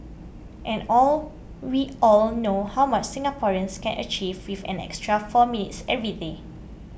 and all we all know how much Singaporeans can achieve with an extra four minutes every day